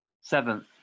seventh